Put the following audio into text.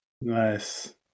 Nice